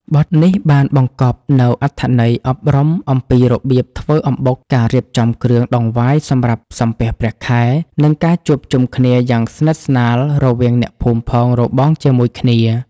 បទនេះបានបង្កប់នូវអត្ថន័យអប់រំអំពីរបៀបធ្វើអំបុក ការរៀបចំគ្រឿងដង្វាយសម្រាប់សំពះព្រះខែ និងការជួបជុំគ្នាយ៉ាងស្និទ្ធស្នាលរវាងអ្នកភូមិផងរបងជាមួយគ្នា។